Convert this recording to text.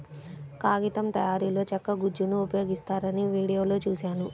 కాగితం తయారీలో చెక్క గుజ్జును ఉపయోగిస్తారని వీడియోలో చూశాను